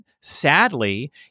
sadly